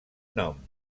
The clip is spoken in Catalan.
nom